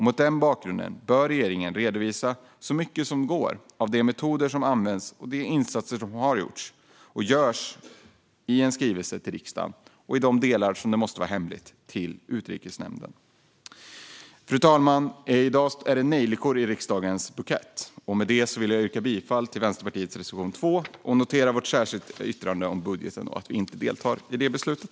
Mot denna bakgrund bör regeringen i en skrivelse till riksdagen redovisa så mycket som går av de metoder som används och de insatser som har gjorts och görs, och i de delar som måste vara hemliga till Utrikesnämnden. Fru talman! I dag är det nejlikor i riksdagens bukett. Och med det anförda yrkar jag bifall till Vänsterpartiets reservation 2 och noterar vårt särskilda yttrande om budgeten och att vi inte deltar i det beslutet.